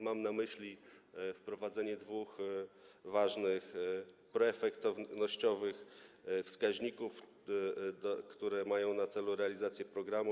Mam tu na myśli wprowadzenie dwóch ważnych proefektywnościowych wskaźników, które ma na celu realizację programu.